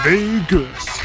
Vegas